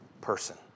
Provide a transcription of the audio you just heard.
person